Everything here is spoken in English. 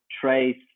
trace